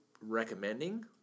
recommending